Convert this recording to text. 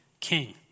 King